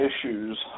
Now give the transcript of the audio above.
issues